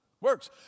Works